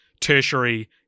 tertiary